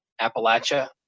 Appalachia